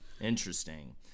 Interesting